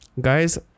guys